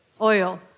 oil